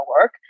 work